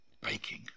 baking